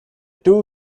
two